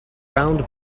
round